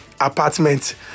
apartment